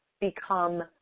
Become